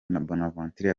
bonaventure